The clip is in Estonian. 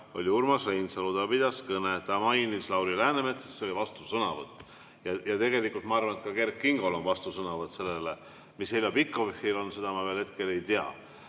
oli Urmas Reinsalu, ta pidas kõne, ta mainis Lauri Läänemetsa, siis see oli vastusõnavõtt. Ja tegelikult ma arvan, et ka Kert Kingol on vastusõnavõtt sellele. Mis Heljo Pikhofil on, seda ma veel hetkel ei tea,